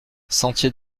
sentier